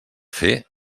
fer